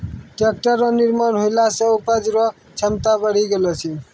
tractor रो निर्माण होला से उपज रो क्षमता बड़ी गेलो छै